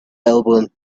elbowing